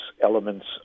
elements